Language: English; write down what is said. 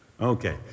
Okay